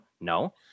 No